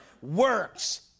Works